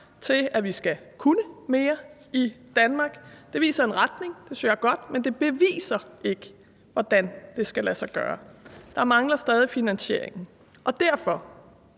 til, at vi skal kunne mere i Danmark. Det viser en retning, og det synes jeg er godt, men det beviser ikke, hvordan det skal lade sig gøre. Der mangler stadig finansieringen. Derfor